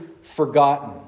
forgotten